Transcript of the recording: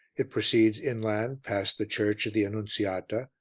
it proceeds inland, past the church of the annunziata,